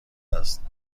است